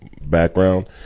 background